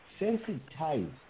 sensitize